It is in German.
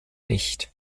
nicht